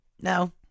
no